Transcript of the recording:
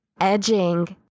Edging